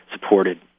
supported